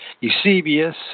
Eusebius